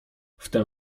wtem